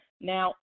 Now